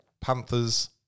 Panthers